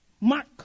mark